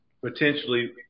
Potentially